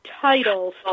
titles